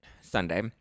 Sunday